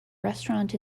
restaurant